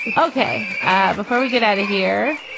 ok before we get out of here.